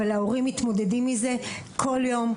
אבל ההורים מתמודדים עם זה כל יום,